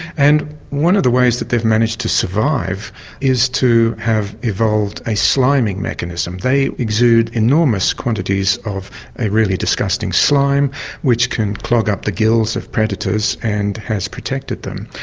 and one of the ways that they've managed to survive is to have evolved a sliming mechanism. they exude enormous quantities of a really disgusting slime which can clog up the gills of predators and has protected them.